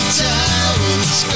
towers